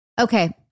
Okay